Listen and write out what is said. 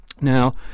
Now